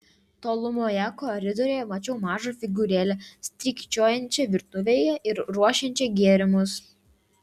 tolumoje koridoriuje mačiau mažą figūrėlę strykčiojančią virtuvėje ir ruošiančią gėrimus